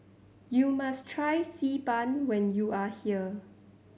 you must try Xi Ban when you are here